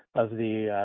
of the